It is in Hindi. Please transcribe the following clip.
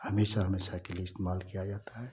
हमेशा हमेशा के लिए इस्तेमाल किया जाता है